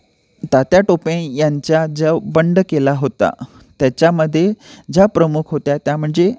तात्या टोपे यांचा जो बंड केला होता त्याच्यामध्ये ज्या प्रमुख होत्या त्या म्हणजे